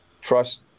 trust